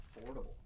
affordable